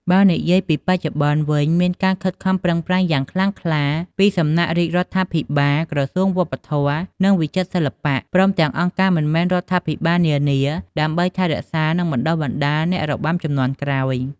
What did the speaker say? បើនិយាយពី បច្ចុប្បន្នវិញ មានការខិតខំប្រឹងប្រែងយ៉ាងខ្លាំងក្លាពីសំណាក់រាជរដ្ឋាភិបាល ក្រសួងវប្បធម៌ និងវិចិត្រសិល្បៈ ព្រមទាំងអង្គការមិនមែនរដ្ឋាភិបាលនានា ដើម្បីថែរក្សា និងបណ្តុះបណ្តាលអ្នករបាំជំនាន់ក្រោយ។